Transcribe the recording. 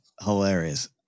Hilarious